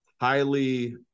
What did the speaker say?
highly